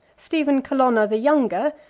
stephen colonna the younger,